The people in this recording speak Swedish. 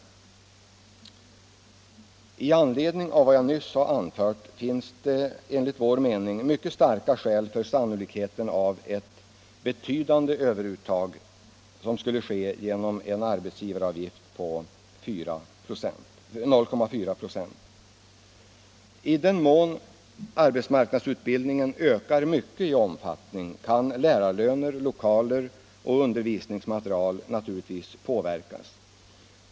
Av de skäl som jag nyss har anfört är det enligt vår mening mycket sannolikt att ett betydande överuttag skulle ske genom en arbetsgivaravgift på 0,4 96. I den mån arbetsmarknadsutbildningen ökar mycket i omfattning kan kostnaderna för lärarlöner, lokaler och undervisningsmateriel naturligtvis påverkas.